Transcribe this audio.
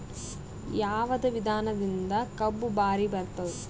ಯಾವದ ವಿಧಾನದಿಂದ ಕಬ್ಬು ಭಾರಿ ಬರತ್ತಾದ?